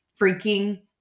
freaking